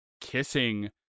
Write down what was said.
kissing